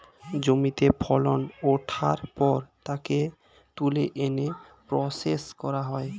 জমিতে ফসল ওঠার পর তাকে তুলে এনে প্রসেস করা হয়